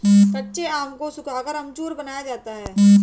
कच्चे आम को सुखाकर अमचूर बनाया जाता है